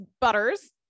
butters